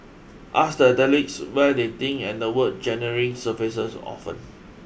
ask the athletes where they think and the word genuine surfaces often